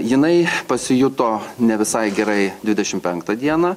jinai pasijuto ne visai gerai dvidešimt penktą dieną